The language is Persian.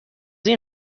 این